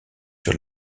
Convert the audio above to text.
sur